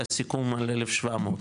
היה סיכום על 1,700,